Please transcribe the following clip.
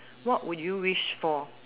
what would you wish for